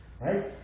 Right